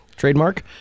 Trademark